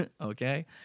Okay